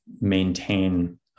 maintain